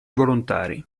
volontari